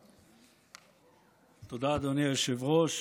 תודה, אדוני היושב-ראש.